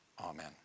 Amen